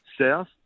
South